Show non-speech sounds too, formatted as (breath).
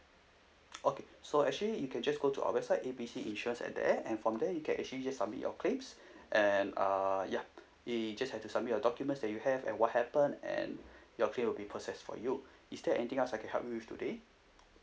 okay so actually you can just go to our website A B C insurance at there and from there you can actually just submit your claims (breath) and uh yeah you just have to submit your documents that you have and what happened and your claim will be processed for you is there anything else I can help you with today